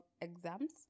exams